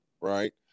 right